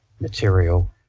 material